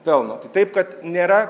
pelno tai taip kad nėra